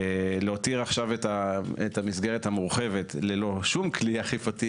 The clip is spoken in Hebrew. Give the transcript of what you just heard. להותיר את המסגרת המורחבת ללא שום כלי אכיפתי